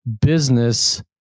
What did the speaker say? business